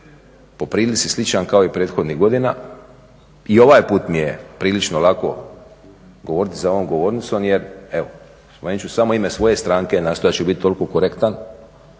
po prilici sličan kao i prethodnih godina i ovaj put mi je prilično lako govoriti za ovom govornicom. Jer evo spomenut ću samo ime svoje stranke, nastojat ću bit toliko korektan.